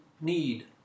need